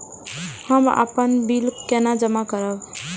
हम अपन बिल केना जमा करब?